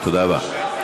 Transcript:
תודה רבה.